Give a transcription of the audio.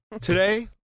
today